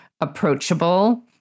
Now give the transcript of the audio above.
approachable